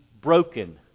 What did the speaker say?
broken